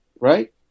Right